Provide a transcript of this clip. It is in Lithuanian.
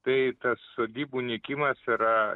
tai tas sodybų nykimas yra